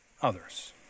others